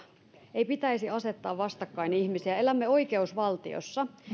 ei pitäisi asettaa vastakkain ihmisiä elämme oikeusvaltiossa